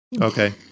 okay